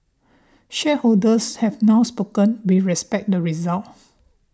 shareholders have now spoken we respect the result